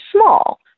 small